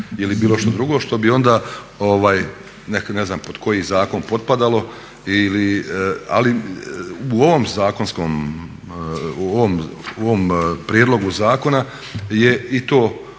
ili bilo što drugo što bi onda ne znam pod koji zakon potpadalo, ali u ovom prijedlogu zakona je i to